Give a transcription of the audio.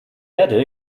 erde